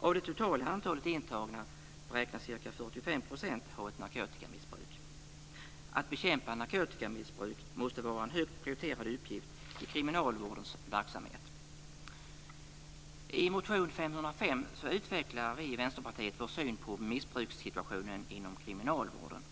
Av det totala antalet intagna beräknas ca 45 % ha ett narkotikamissbruk. Att bekämpa narkotikamissbruk måste vara en högt prioriterad uppgift i kriminalvårdens verksamhet. I motion JuU505 utvecklar vi i Vänsterpartiet vår syn på missbrukssituationen inom kriminalvården,